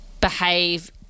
behave